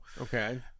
Okay